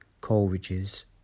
Coleridge's